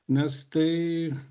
nes tai